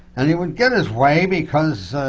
and he would get his way because